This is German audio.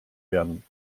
werden